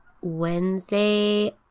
Wednesday